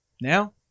Now